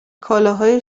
کالاهای